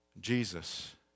Jesus